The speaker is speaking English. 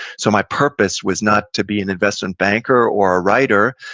so my purpose was not to be an investment banker or a writer,